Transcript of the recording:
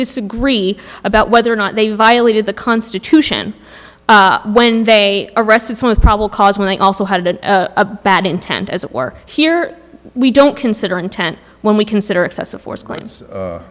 disagree about whether or not they violated the constitution when they arrested someone probably cause when they also had a bad intent as or here we don't consider intent when we consider excessive force claims